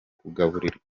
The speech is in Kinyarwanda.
kugaburira